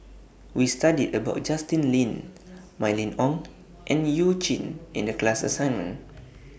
We studied about Justin Lean Mylene Ong and YOU Jin in The class assignment